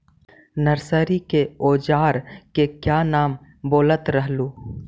Nursery के ओजार के क्या नाम बोलत रहलू?